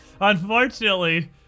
Unfortunately